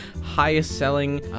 highest-selling